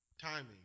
Timing